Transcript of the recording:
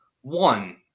One